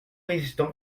résistant